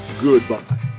goodbye